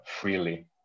freely